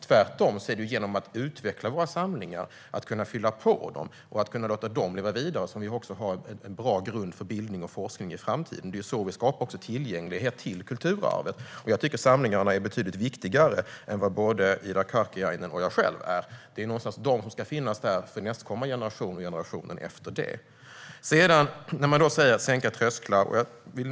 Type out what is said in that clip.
Det är tvärtom genom att utveckla våra samlingar, kunna fylla på dem och låta dem leva vidare som vi har en bra grund för bildning och forskning i framtiden. Det är också så vi skapar tillgänglighet till kulturarvet. Jag tycker att samlingarna är betydligt viktigare än både Ida Karkiainen och jag själv. Det är någonstans de som ska finnas där för nästkommande generation och generationen därefter. Man talar om att sänka trösklar.